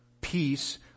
Peace